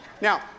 Now